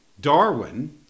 Darwin